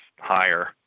higher